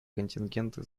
контингенты